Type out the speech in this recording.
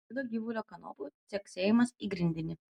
pasigirdo gyvulio kanopų caksėjimas į grindinį